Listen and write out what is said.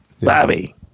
Bobby